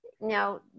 Now